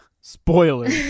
spoiler